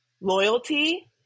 loyalty